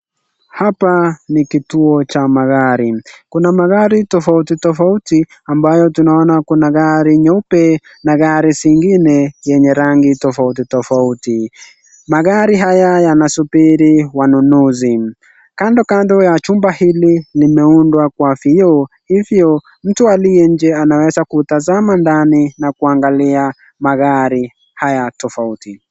Hapa ni kituo cha magari. Kuna magari tofauti tofauti ambayo tunaona kuna gari nyeupe na gari zingine yenye rangi tofauti tofauti. Magari haya yanasubiri wanunuzi. Kando kando ya jumba hili limeundwa kwa vioo hivyo mtu aliye nje anaweza kutazama ndani na kuangalia magari haya tofauti tofauti.